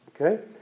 Okay